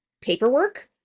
paperwork